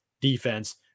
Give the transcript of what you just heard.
defense